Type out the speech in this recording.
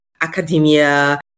academia